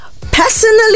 Personally